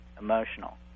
emotional